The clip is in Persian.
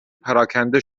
پراکنده